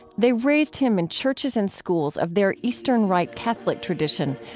they raised him in churches and schools of their eastern rite catholic tradition,